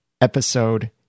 episode